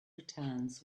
returns